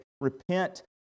Repent